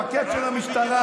המפקד של המשטרה,